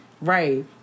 right